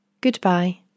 Goodbye